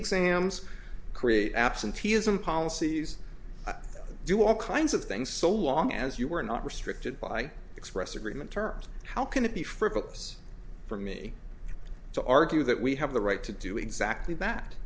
exams create absenteeism policies do all kinds of things so long as you are not restricted by express agreement terms how can it be for books for me to argue that we have the right to do exactly that